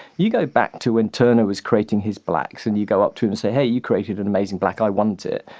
you go back to when turner was creating his blacks and you go up to him and say, hey, you created an amazing black, i want it.